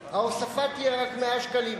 ההוספה תהיה רק 100 שקלים.